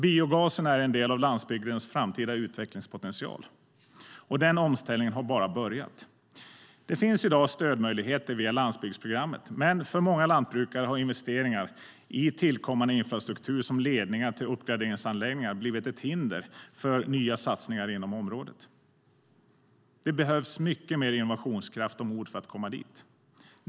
Biogasen är en del av landsbygdens framtida utvecklingspotential. Denna omställning har bara börjat. Det finns i dag stödmöjligheter via landsbygdsprogrammet. Men för många lantbrukare har investeringar i tillkommande infrastruktur, som ledningar till uppgraderingsanläggningar, blivit ett hinder för nya satsningar inom området. Det behövs mycket mer innovationskraft och mod för att komma dit.